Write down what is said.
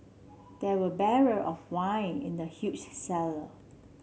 there were barrel of wine in the huge cellar